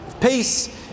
peace